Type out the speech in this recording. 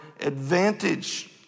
advantage